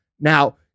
Now